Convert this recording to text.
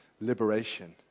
liberation